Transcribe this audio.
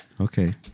okay